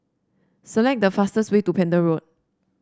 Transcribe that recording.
select the fastest way to Pender Road